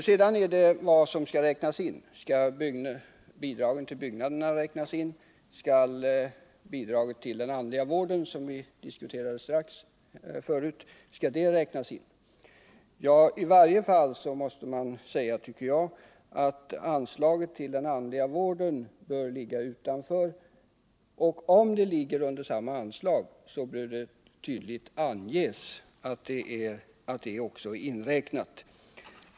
Sedan gäller det vad som skall räknas in. Skall bidragen till byggnaderna räknas in? Skall bidragen till den andliga vården, som vi diskuterade nyss, räknas in? I varje fall måste man säga, tycker jag, att anslaget till den andliga vården bör ligga utanför anslaget. Om det ligger under samma anslag, bör det tydligt anges att det inräknas där.